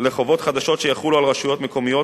לחובות חדשות שיחולו על רשויות מקומיות,